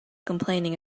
complaining